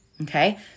Okay